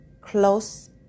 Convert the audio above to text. close